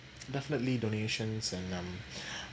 definitely donations and um